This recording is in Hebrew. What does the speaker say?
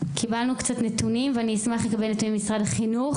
קיבלנו קצת נתונים ואני אשמח לקבל נתונים ממשרד החינוך,